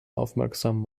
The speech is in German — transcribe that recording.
aufmerksam